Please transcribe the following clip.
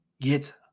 get –